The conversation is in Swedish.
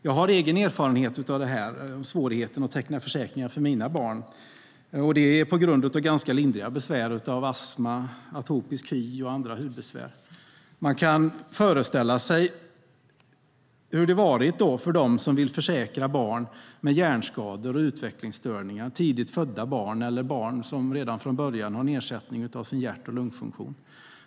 Jag har egen erfarenhet av svårigheten att teckna försäkringar för mina barn och det på grund av ganska lindriga besvär av astma, atopisk hy och andra hudbesvär hos dem. Man kan föreställa sig hur det varit för dem som vill försäkra barn med hjärnskador och utvecklingstörningar, tidigt födda barn eller barn som från början har en nedsättning av sin hjärt och lungfunktion.